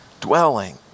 Dwelling